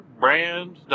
Brand